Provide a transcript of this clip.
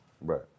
Right